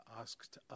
asked